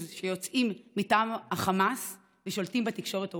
שיוצאים מטעם החמאס ושולטים בתקשורת העולמית,